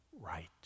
right